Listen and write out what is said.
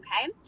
Okay